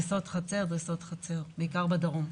בעיקר בדרום.